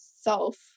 self